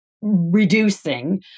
reducing